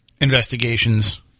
investigations